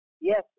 Yes